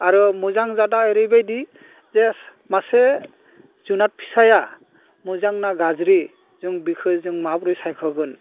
आरो मोजां जादा ओरैबायदि जे मासे जुनाद फिसाया मोजां ना गाज्रि जों बेखौ जों माबोरै सायख'गोन